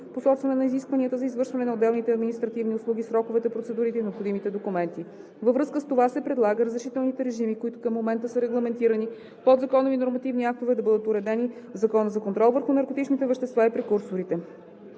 посочване на изискванията за извършване на отделните административни услуги, сроковете, процедурите и необходимите документи. Във връзка с това се предлага разрешителните режими, които към момента са регламентирани в подзаконови нормативни актове, да бъдат уредени в Закона за контрол върху наркотичните вещества и прекурсорите.